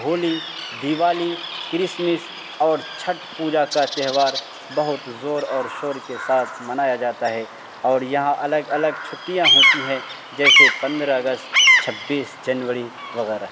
Holi Diwali Christmas اور چھٹ پوجا کا تہوار بہت زور اور شور کے ساتھ منایا جاتا ہے اور یہاں الگ الگ چھٹیاں ہوتی ہیں جیسے پندرہ اگست چھبیس جنوری وغیرہ